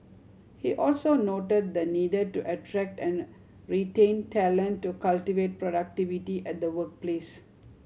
he also noted the needed to attract and retain talent to cultivate productivity at the workplace